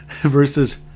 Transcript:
versus